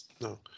No